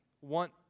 want